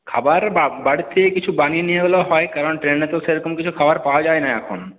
খাবার বাড়ির থেকে কিছু বানিয়ে নিয়ে হলেও হয় কারণ ট্রেনে তো সেরকম কিছু খাবার পাওয়া যায় না এখন